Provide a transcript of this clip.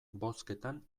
bozketan